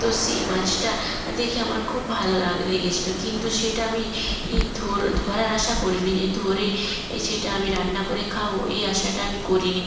তো সেই মাছটা দেখে আমার খুব ভালো লেগেছিলো কিন্তু সেটা আমি ই ধরার আশা করিনি যে ধরে সেটা আমি রান্না করে খাবো এ আশাটা আমি করিনি